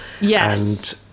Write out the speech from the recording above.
Yes